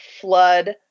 flood